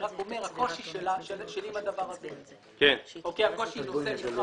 אני רק אומר שהקושי שלי עם הדבר הזה הוא קושי אחד.